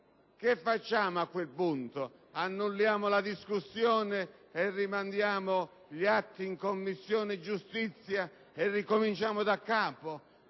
cosa faremo a quel punto? Annulliamo la discussione, rimandiamo gli atti in Commissione giustizia e ricominciamo daccapo?